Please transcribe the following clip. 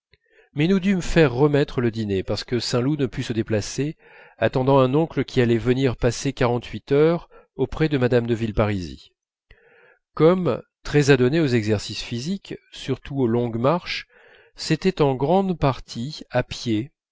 mais nous dûmes faire le dîner parce que saint loup ne put se déplacer attendant un oncle qui allait venir passer quarante-huit heures auprès de mme de villeparisis comme très adonné aux exercices physiques surtout aux longues marches c'était en grande partie à pied